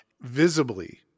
visibly